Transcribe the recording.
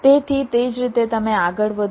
તેથી તે જ રીતે તમે આગળ વધો